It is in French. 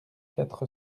quatre